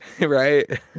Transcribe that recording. Right